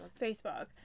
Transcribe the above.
Facebook